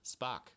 Spock